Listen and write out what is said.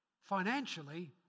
financially